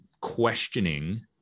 questioning